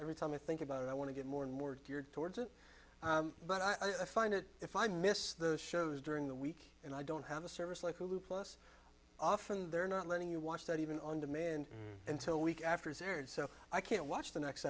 every time i think about it i want to get more and more geared towards it but i find it if i miss the shows during the week and i don't have a service like hulu plus often they're not letting you watch that even on demand until week after it's aired so i can watch the next